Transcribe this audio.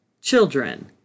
children